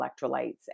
electrolytes